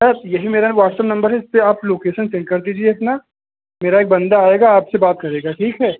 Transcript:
sir यही मेरा WhatsApp number है इसपर आप लोकेसन सेन्ड कर दीजिए अपना मेरा एक बंदा आएगा आपसे बात करेगा ठीक है